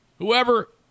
Whoever